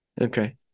Okay